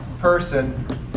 person